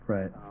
Right